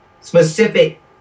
specific